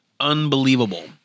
unbelievable